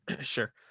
Sure